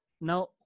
Now